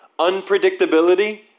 Unpredictability